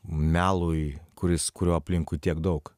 melui kuris kurio aplinkui tiek daug